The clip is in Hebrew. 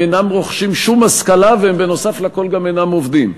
אינם רוכשים שום השכלה והם נוסף לכול אינם עובדים,